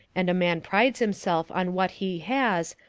and a man prides himself on what he has,